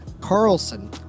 Carlson